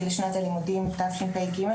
כמו ששרית פתחה ואמרה,